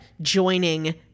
joining